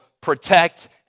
protect